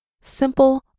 simple